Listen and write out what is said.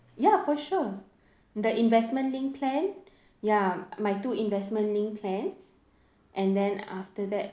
ya for sure the investment linked plan ya my two investment linked plans and then after that